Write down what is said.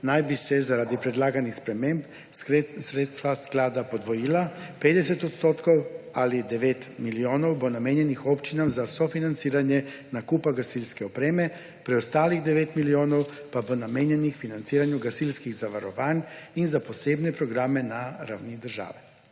naj bi se zaradi predlaganih sprememb sredstva sklada podvojila; 50 odstotkov ali 9 milijonov bo namenjenih občinam za sofinanciranje nakupa gasilske opreme, preostalih 9 milijonov pa bo namenjenih financiranju gasilskih zavarovanj in za posebne programe na ravni državi.